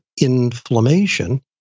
inflammation